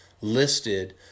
listed